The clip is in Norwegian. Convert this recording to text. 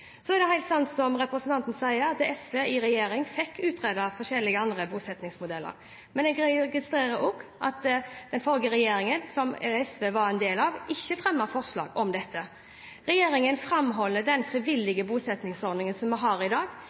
er helt sant som representanten Andersen sier, at SV i regjering fikk utredet forskjellige bosettingsmodeller, men jeg registrerer også at den forrige regjeringen som SV var en del av, ikke fremmet forslag om dette. Regjeringen framholder den frivillige bosettingsordningen vi har i dag,